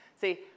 See